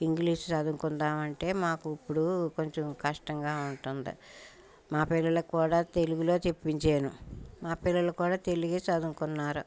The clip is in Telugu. ఇంగ్లీష్ చదువుకుందాము అంటే మాకు ఇప్పుడూ కొంచెం కష్టంగా ఉంటుంది మా పిల్లలకి కూడా తెలుగులో చెప్పించాను మా పిల్లలకి కూడా తెలుగే చదువుకున్నారు